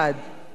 אבל זה מעניין,